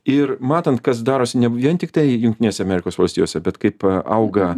ir matant kas darosi ne vien tiktai jungtinėse amerikos valstijose bet kaip auga